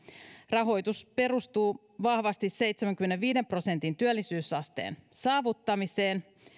rahoitus perustuu vahvasti seitsemänkymmenenviiden prosentin työllisyysasteen saavuttamiseen